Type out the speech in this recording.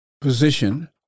position